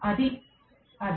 అది అదే